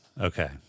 Okay